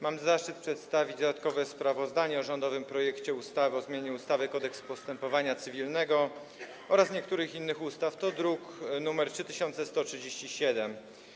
Mam zaszczyt przedstawić dodatkowe sprawozdanie o rządowym projekcie ustawy o zmianie ustawy Kodeks postępowania cywilnego oraz niektórych innych ustaw, druk nr 3137.